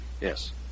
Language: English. Yes